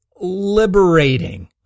liberating